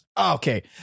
Okay